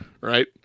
right